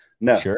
no